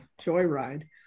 joyride